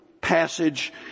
passage